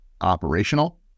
operational